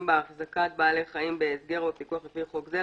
בהחזקת בעל חיים בהסגר או בפיקוח לפי חוק זה,